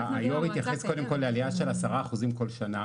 יושב הראש התייחס קודם כל לעלייה של 7% כל שנה,